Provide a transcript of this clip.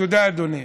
תודה, אדוני.